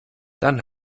dann